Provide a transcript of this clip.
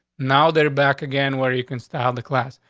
now they're back again where you can style the class.